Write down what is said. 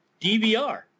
DVR